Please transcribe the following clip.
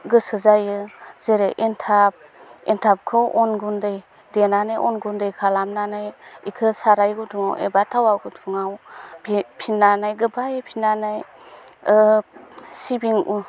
गोसो जायो जेरै एनथाब एनथाबखौ अन गुन्दै देनानै अन गुन्दै खालामनानै बेखौ साराय गुदुंआव एबा थावा गुदुंआव बि फिन्नानै गोबायै फिन्नानै सिबिं